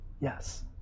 Yes